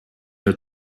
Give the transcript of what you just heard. are